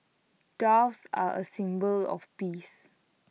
doves are A symbol of peace